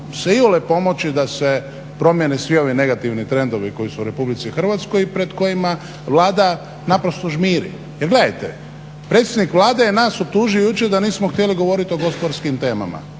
se iole pomoći da se promijene svi ovi negativni trendovi koji su u Republici Hrvatskoj pred kojima Vlada naprosto žmiri. Jer gledajte, predsjednik Vlade je nas optužio jučer da nismo htjeli govorit o gospodarskim temama.